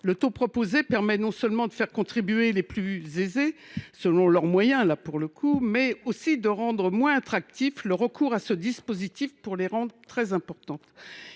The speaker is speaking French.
Un taux de 30 % permettrait non seulement de faire enfin contribuer les plus aisés selon leurs moyens, mais aussi de rendre moins attractif le recours à ce dispositif pour les rentes très élevées.